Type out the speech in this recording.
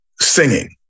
singing